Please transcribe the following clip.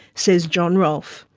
says john rolfe.